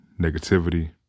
negativity